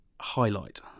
highlight